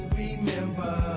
remember